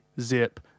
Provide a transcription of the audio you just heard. Zip